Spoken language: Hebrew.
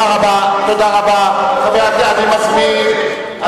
כל המקארתיסטים בכל הדורות אמרו את זה.